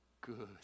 good